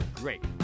great